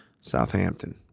Southampton